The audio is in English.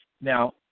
Now